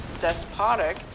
despotic